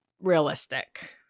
realistic